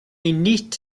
neat